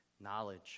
knowledge